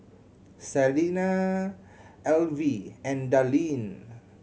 Salina Elvie and Darlene